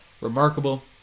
remarkable